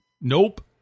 Nope